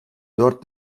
dört